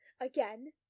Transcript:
again